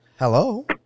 Hello